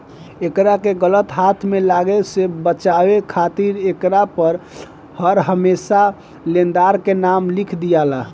एकरा के गलत हाथ में लागे से बचावे खातिर एकरा पर हरमेशा लेनदार के नाम लिख दियाला